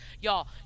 Y'all